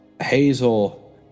Hazel